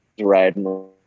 riding